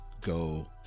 go